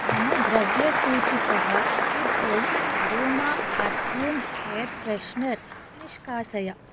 मम द्रव्यसूचितः good home aroma perfumed air freshener निष्कासय